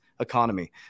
economy